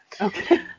Okay